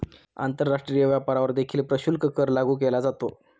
आंतरराष्ट्रीय व्यापारावर देखील प्रशुल्क कर लागू केला जातो